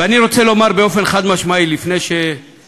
ואני רוצה לומר באופן חד-משמעי, לפני שאנשים